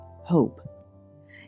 hope